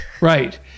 right